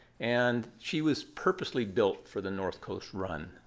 and she was purposely built for the north coast run.